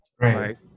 Right